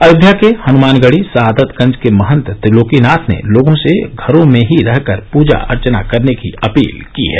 अयोध्या के हनमानगढी सआदतगंज के महंत त्रिलोकीनाथ ने लोगों से घरों में ही रहकर पजा अर्चना करने की अपील की है